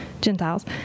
Gentiles